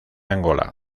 angola